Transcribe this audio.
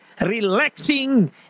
relaxing